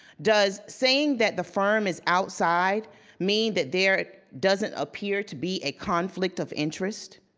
does saying that the firm is outside mean that there doesn't appear to be a conflict of interest?